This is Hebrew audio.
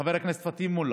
לחבר הכנסת פטין מולא,